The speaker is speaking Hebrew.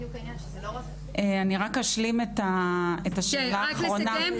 אני רק אשלים את השאלה האחרונה.